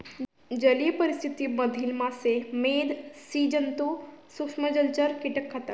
जलीय परिस्थिति मधील मासे, मेध, स्सि जन्तु, सूक्ष्म जलचर, कीटक खातात